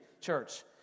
church